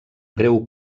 greu